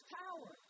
power